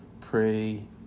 pray